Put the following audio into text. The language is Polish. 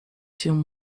się